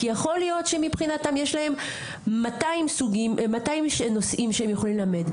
כי יכול להיות שמבחינתם יש להם 200 נושאים שהם יכולים ללמד,